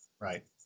Right